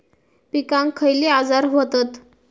पिकांक खयले आजार व्हतत?